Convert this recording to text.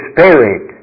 Spirit